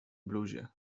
bluzie